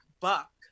buck